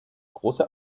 große